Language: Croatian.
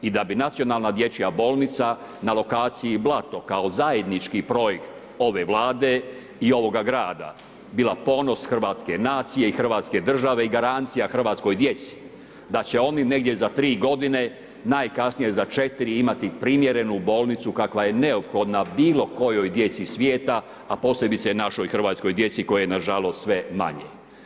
I da bi nacionalna dječja bolnica na lokaciji Blato kao zajednički projekt ove Vlade i ovoga grada bila ponos hrvatske nacije i Hrvatske države i garancija hrvatskoj djeci da će oni negdje za 3 godine najkasnije za četiri imati primjerenu bolnicu kakva je neophodna bilo kojoj djeci svijeta a posebice našoj hrvatskoj djeci koje je nažalost sve manje.